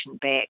back